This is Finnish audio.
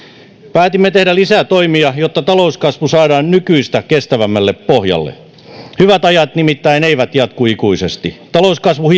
päätimme tehdä lisää toimia jotta talouskasvu saadaan nykyistä kestävämmälle pohjalle hyvät ajat nimittäin eivät jatku ikuisesti talouskasvu